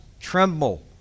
tremble